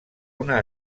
una